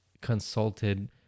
consulted